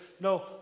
No